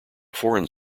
foreign